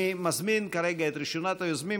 אני מזמין כרגע את ראשונת היוזמים,